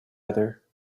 other